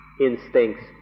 instincts